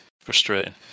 Frustrating